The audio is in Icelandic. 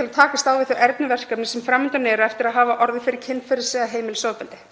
til að takast á við þau erfiðu verkefni sem fram undan eru eftir að hafa orðið fyrir kynferðis- eða heimilisofbeldi.